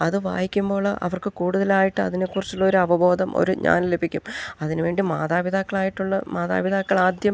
അത് വായിക്കുമ്പോൾ അവർക്ക് കൂടുതലായിട്ട് അതിനെക്കുറിച്ചുള്ള ഒരു അവബോധം ഒരു ജ്ഞാനം ലഭിക്കും അതിനു വേണ്ടി മാതാപിതാക്കളായിട്ടുള്ള മാതാപിതാക്കളാദ്യം